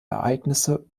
ereignisse